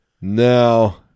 No